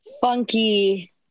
funky